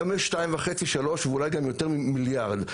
היום יש 2.5-3 ואולי גם יותר, מיליארד.